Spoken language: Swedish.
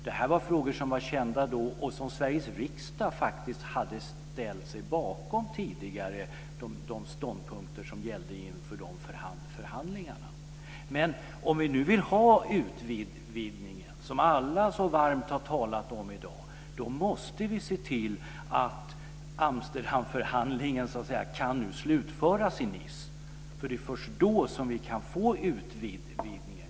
Detta var frågor som var kända då, och Sveriges riksdag hade faktiskt tidigare ställt sig bakom de ståndpunkter som gällde inför dessa förhandlingar. Om vi nu vill ha utvidgningen, som ju alla så varmt har talat om i dag, måste vi se till att Amsterdamförhandlingen kan slutföras i Nice. Det är först då som vi kan få utvidgningen.